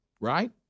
Right